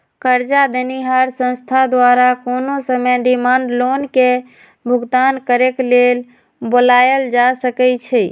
करजा देनिहार संस्था द्वारा कोनो समय डिमांड लोन के भुगतान करेक लेल बोलायल जा सकइ छइ